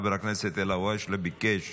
חבר הכנסת אלהואשלה ביקש